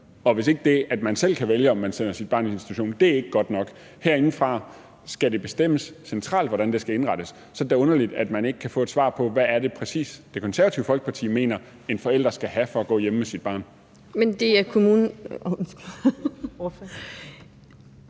og hvis det, at man selv kan vælge, om man sender sit barn i institution, ikke er godt nok, men det herindefra centralt skal bestemmes, hvordan det skal indrettes, er det da underligt, at man ikke kan få et svar på, hvad det præcis er, Det Konservative Folkeparti mener en forælder skal have for at gå hjemme med sit barn. Kl. 17:23 Første